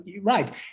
right